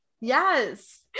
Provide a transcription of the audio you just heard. Yes